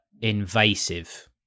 invasive